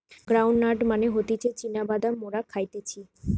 ground nut মানে হতিছে চীনা বাদাম মোরা খাইতেছি